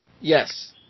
Yes